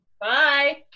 Bye